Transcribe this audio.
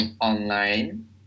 online